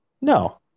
No